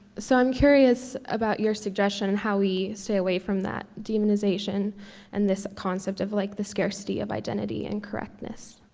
so, i'm curious about your suggestion and how we stay away from that demonization and this concept of like the scarcity of identity and correctness.